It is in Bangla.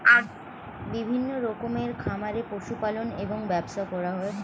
বিভিন্ন রকমের খামারে পশু পালন এবং ব্যবসা করা হয়